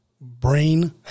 brain